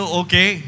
okay